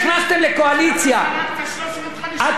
למה זרקת 350 מיליון שקל לפח?